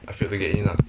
I failed to get in ah